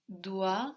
doit